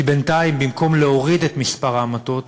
כי בינתיים, במקום להוריד את מספר ההמתות,